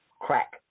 crack